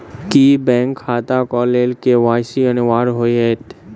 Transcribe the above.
की bank खाता केँ लेल के.वाई.सी अनिवार्य होइ हएत?